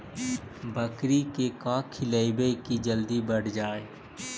बकरी के का खिलैबै कि जल्दी बढ़ जाए?